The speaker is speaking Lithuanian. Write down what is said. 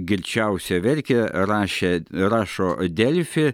girčiausia verkė rašė rašo delfi